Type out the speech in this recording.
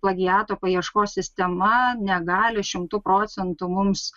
plagiato paieškos sistema negali šimtu procentų mums